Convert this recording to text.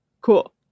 Cool